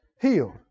healed